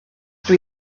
dydw